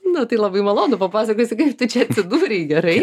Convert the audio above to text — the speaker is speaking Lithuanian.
nu tai labai malonu papasakosi kaip tu čia atsidūrei gerai